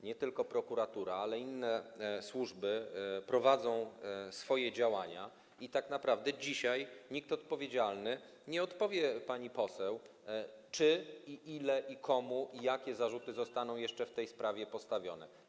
Nie tylko prokuratura, ale też inne służby prowadzą swoje działania i tak naprawdę dzisiaj nikt odpowiedzialny nie odpowie pani poseł, czy i ile, i komu, i jakie zarzuty zostaną jeszcze w tej sprawie postawione.